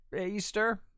easter